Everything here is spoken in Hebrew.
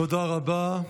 תודה רבה.